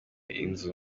inzu